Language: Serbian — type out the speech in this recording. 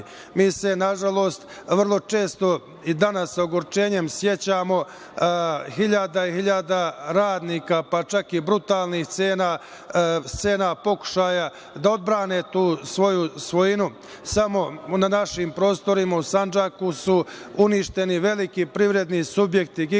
se, nažalost, vrlo često i danas sa ogorčenjem sećamo hiljada i hiljada radnika, pa čak i brutalnih scena pokušaja da odbrane tu svojinu. Samo na našim prostorima u Sandžaku su uništeni veliki privredni subjekti, giganti,